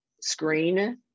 screen